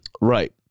Right